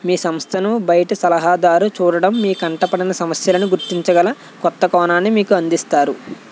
మీ సంస్థను బయట సలహాదారు చూడటం మీ కంటపడని సమస్యలను గుర్తించగల కొత్త కోణాన్ని మీకు అందిస్తారు